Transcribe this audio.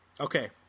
Okay